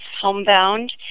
homebound